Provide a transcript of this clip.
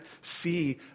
see